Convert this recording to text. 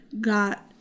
got